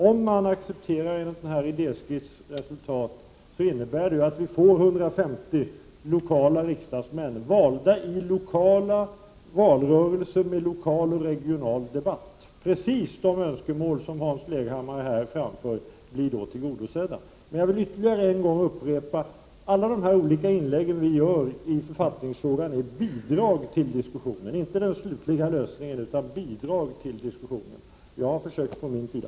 Om man accepterar den här idéskissen, så innebär det att vi får 150 lokala riksdagsmän, valda i lokala valrörelser med lokal och regional debatt. Precis de önskemål som Hans Leghammar här framför blir då tillgodosedda. Men jag vill ytterligare en gång upprepa att alla dessa olika inlägg som vi gör i författningsfrågan inte innebär den slutliga lösningen utan är bidrag till diskussionen. Jag har försökt bidra från min sida.